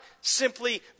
simply